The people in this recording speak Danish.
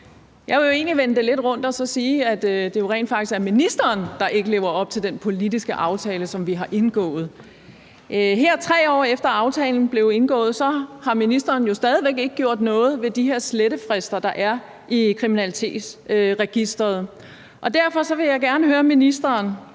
egentlig vende det lidt rundt og så sige, at det jo rent faktisk er ministeren, der ikke lever op til den politiske aftale, som vi har indgået. Her 3 år efter aftalen blev indgået, har ministeren jo stadig væk ikke gjort noget ved de her slettefrister, der er i Kriminalregisteret. Derfor vil jeg gerne høre ministeren,